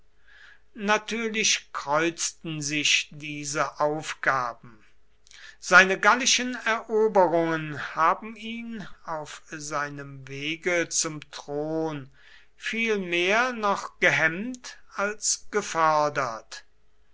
natürlich kreuzten sich diese aufgaben seine gallischen eroberungen haben ihn auf seinem wege zum thron viel mehr noch gehemmt als gefördert